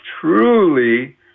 truly